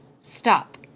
Stop